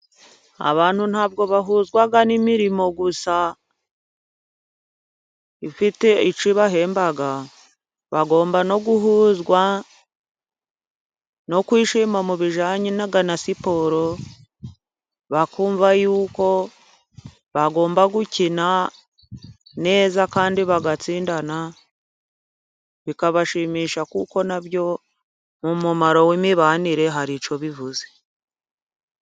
Abantu ntabwo bahuzwa n'imirimo gusa ifite icyo ibahemba, bagomba no guhuzwa no kwishima mu bijanye na siporo bakumva y'uko bagomba gukina neza kandi bagatsindana bikabashimisha, kuko na byo mu mumaro w'imibanire hari icyo bivuze.